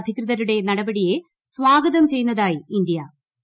അധികൃതരുടെ നടപടിയെ സ്പാഗ്ഗത്ം ചെയ്യുന്നതായി ഇന്തൃ